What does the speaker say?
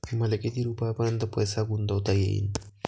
मले किती रुपयापर्यंत पैसा गुंतवता येईन?